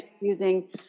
using